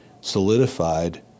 solidified